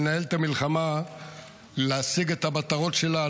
לנהל את המלחמה ולהשיג את המטרות שלה.